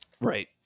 Right